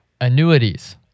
annuities